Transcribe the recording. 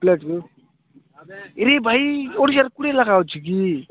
ପ୍ଲେଟ୍କୁ ଇରେ ଭାଇ ଓଡ଼ିଆରେ କୋଡ଼ିଏ ଲେଖା ଅଛି କି